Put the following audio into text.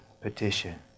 petition